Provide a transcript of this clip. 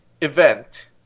event